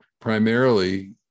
primarily